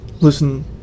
listen